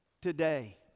today